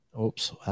Oops